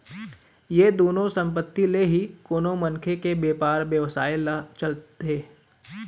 ये दुनो संपत्ति ले ही कोनो मनखे के बेपार बेवसाय ह चलथे